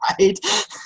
Right